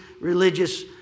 religious